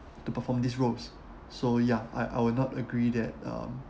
to perform these roles so ya I I will not agree that um